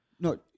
No